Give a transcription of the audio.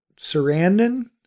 Sarandon